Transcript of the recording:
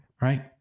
Right